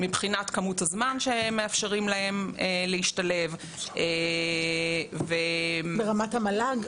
מבחינת כמות הזמן שמאפשרים להם להשתלב --- ברמת המל"ג?